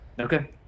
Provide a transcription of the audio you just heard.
Okay